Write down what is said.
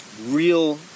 real